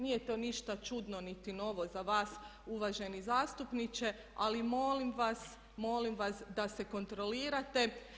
Nije to ništa čudno niti novo za vas, uvaženi zastupniče, ali molim vas da se kontrolirate.